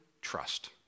trust